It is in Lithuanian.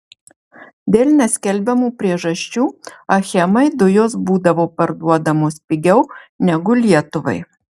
dėl neskelbiamų priežasčių achemai dujos būdavo parduodamos pigiau negu lietuvai